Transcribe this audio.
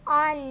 on